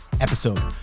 episode